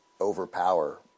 overpower